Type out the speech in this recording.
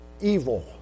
evil